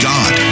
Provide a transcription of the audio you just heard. God